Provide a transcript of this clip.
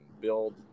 build